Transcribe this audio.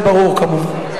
זה ברור, כמובן.